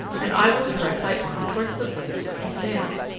and i will direct thy arm towards the place where he stands.